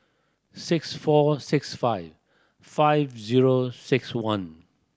six four six five five zero six one